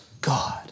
God